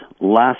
last